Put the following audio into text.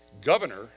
governor